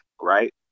right